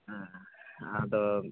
ᱦᱮᱸ ᱟᱫᱚ